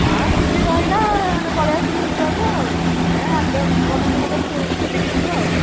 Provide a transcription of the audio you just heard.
ହଁ ଛୁଟି ରହିଲା ପଳେଇ ଆସିଲୁ ବୁଲିବାକୁ ଆଉ ଏ ଆଠ ଦଶ ଦିନ ଧରି କି ବୁଲିକି ଯିବୁ